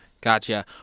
Gotcha